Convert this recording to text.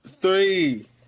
Three